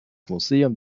museum